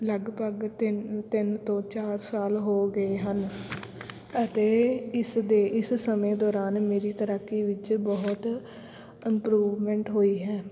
ਲਗਭਗ ਤਿੰਨ ਤਿੰਨ ਤੋਂ ਚਾਰ ਸਾਲ ਹੋ ਗਏ ਹਨ ਅਤੇ ਇਸਦੇ ਇਸ ਸਮੇਂ ਦੌਰਾਨ ਮੇਰੀ ਤੈਰਾਕੀ ਵਿੱਚ ਬਹੁਤ ਇੰਪਰੂਵਮੈਂਟ ਹੋਈ ਹੈ